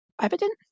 evident